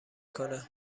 کنه